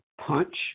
punch